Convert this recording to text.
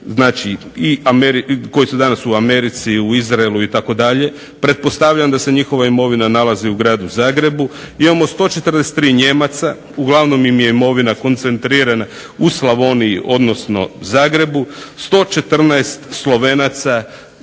koji su danas u Americi, Izraelu itd. Pretpostavljam da se njihova imovina nalazi u gradu Zagrebu. Imamo 143 Nijemaca. Uglavnom im je imovina koncentrirana u Slavoniji, odnosno Zagrebu. 114 Slovenaca